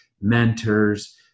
mentors